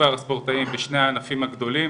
מספר הספורטאים בשני הענפים הגדולים,